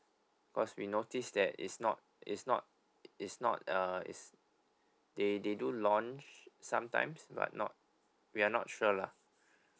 cause we notice that is not is not is not uh is they they do launch sometimes but not we are not sure lah